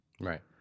Right